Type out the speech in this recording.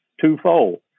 twofold